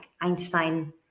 Einstein